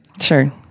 Sure